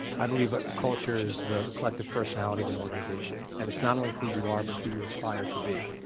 i believe culture is the collective personality of an organization, and it's not only who you are, but who you aspire to be.